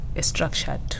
structured